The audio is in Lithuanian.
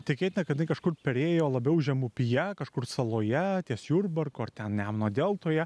tikėtina kad jinai kažkur perėjo labiau žemupyje kažkur saloje ties jurbarku ar ten nemuno deltoje